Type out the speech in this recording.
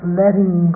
letting